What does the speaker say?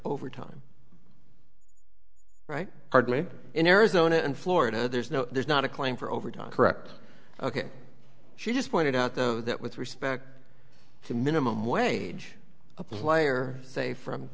overtime right hardly in arizona and florida there's no there's not a claim for overtime correct ok she just pointed out though that with respect to minimum wage a player safe from